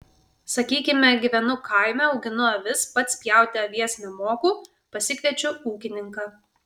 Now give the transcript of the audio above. sakykime gyvenu kaime auginu avis pats pjauti avies nemoku pasikviečiu ūkininką